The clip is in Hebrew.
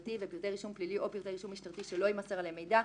משטרתי ופרטי רישום פלילי או פרטי רישום ממשלתי שלא יימסר עליהם מידע.